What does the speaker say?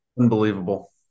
Unbelievable